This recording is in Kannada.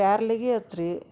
ಪ್ಯಾರ್ಲಿಗಿ ಹಚ್ರಿ